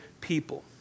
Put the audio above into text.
people